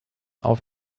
auf